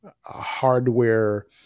hardware